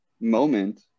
moment